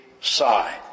sigh